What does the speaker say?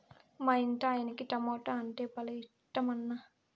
మా ఇంటాయనకి టమోటా అంటే భలే ఇట్టమన్నా